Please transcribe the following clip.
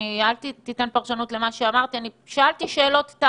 אל תיתן פרשנות למה שאמרתי, שאלתי שאלות.